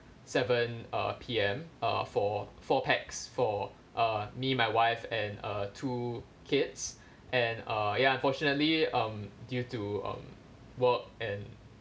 seven uh P_M uh for four pax for uh me my wife and uh two kids and uh ya unfortunately um due to um work and